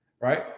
Right